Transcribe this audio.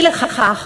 אי-לכך,